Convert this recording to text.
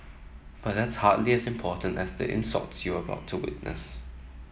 but that's hardly as important as the insults you are about to witness